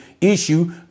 issue